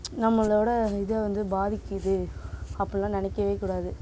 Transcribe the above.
நம்மளோடய இதை வந்து பாதிக்குது அப்புடில்லாம் நினைக்கவே கூடாது